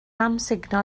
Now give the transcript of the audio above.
amsugno